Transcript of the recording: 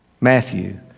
Matthew